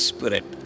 Spirit